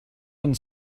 und